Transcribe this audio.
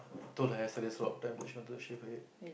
told her hairstylist a lot of time she wanted to shave her head